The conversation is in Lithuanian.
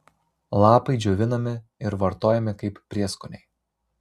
lapai džiovinami ir vartojami kaip prieskoniai